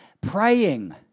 praying